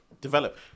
Develop